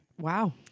Wow